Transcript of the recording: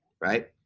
right